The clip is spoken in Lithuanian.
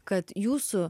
kad jūsų